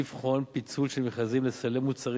לבחון פיצול של מכרזים לסלי מוצרים